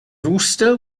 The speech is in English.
rooster